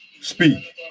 Speak